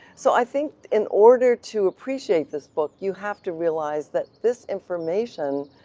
so i think in order to appreciate this book, you have to realize that this information,